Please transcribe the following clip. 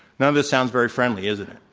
none of this sounds very friendly, isn't it?